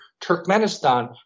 Turkmenistan